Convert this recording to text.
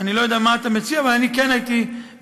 אני לא יודע מה אתה מציע, אבל כן הייתי מציע